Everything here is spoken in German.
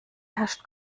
herrscht